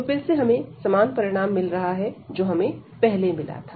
तो फिर से हमें समान परिणाम मिल रहा है जो हमें पहले मिला था